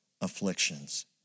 afflictions